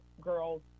girls